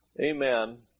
Amen